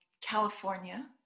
California